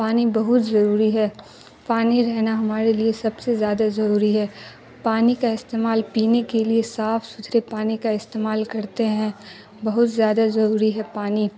پانی بہت ضروری ہے پانی رہنا ہمارے لیے سب سے زیادہ ضروری ہے پانی کا استعمال پینے کے لیے صاف ستھرے پانی کا استعمال کرتے ہیں بہت زیادہ ضروری ہے پانی